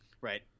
right